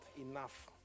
enough